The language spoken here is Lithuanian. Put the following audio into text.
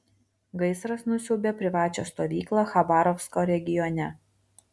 gaisras nusiaubė privačią stovyklą chabarovsko regione